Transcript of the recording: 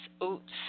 oats